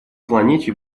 планете